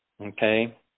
Okay